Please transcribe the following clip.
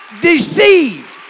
deceived